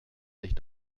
sich